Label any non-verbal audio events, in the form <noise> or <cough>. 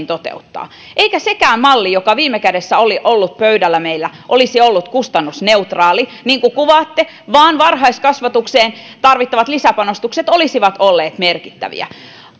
<unintelligible> toteuttaa eikä sekään malli joka viime kädessä oli ollut pöydällä meillä olisi ollut kustannusneutraali niin kuin kuvaatte vaan varhaiskasvatukseen tarvittavat lisäpanostukset olisivat olleet merkittäviä